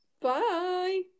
bye